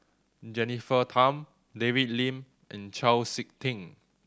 Jennifer Tham David Lim and Chau Sik Ting